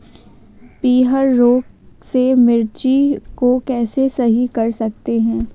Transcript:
पीहर रोग से मिर्ची को कैसे सही कर सकते हैं?